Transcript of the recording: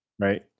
right